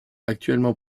actuellement